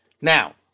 Now